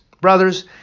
brothers